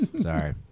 sorry